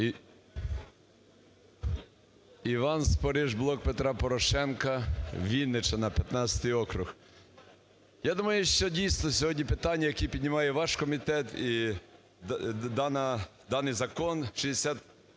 Іван Спориш, "Блок Петра Порошенка", Вінниччина, 15 округ. Я думаю, що дійсно сьогодні питання, які піднімає ваш комітет, і даний Закон 6129